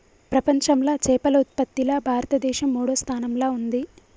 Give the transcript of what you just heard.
ప్రపంచంలా చేపల ఉత్పత్తిలా భారతదేశం మూడో స్థానంలా ఉంది